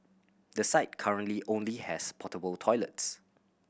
the site currently only has portable toilets